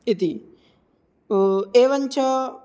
इति एवञ्च